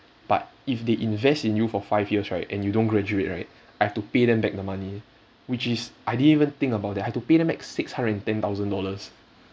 but if they invest in you for five years right and you don't graduate right I have to pay them back the money which is I didn't even think about it I have to pay them back six hundred and ten thousand dollars